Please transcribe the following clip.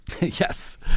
Yes